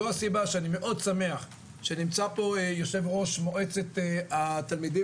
זו הסיבה שאני מאוד שמח שנמצא פה יו"ר מועצת התלמידים